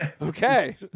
Okay